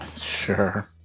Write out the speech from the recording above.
Sure